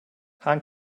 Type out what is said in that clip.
han